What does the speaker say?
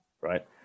right